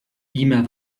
víme